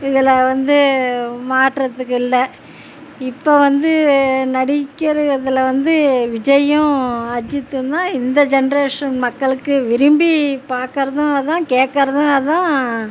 இதில் வந்து மாற்றத்துக்கு இல்லை இப்போது வந்து நடிக்கிறதில் வந்து விஜயும் அஜித்தும் தான் இந்த ஜெனரேஷன் மக்களுக்கு விரும்பி பார்க்குறதும் அதான் கேக்கிறதும் அதான்